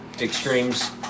extremes